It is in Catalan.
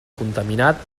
contaminat